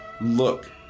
look